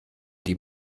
die